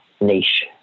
niche